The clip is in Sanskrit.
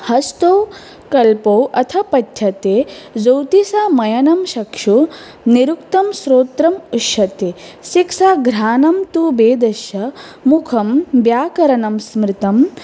हस्तौ कल्पौ अथ पठ्यते ज्योतिषामयनं चक्षुः निरुक्तं श्रोत्रम् उच्यते शिक्षा घ्राणं तु वेदस्य मुखं व्याकरणं स्मृतं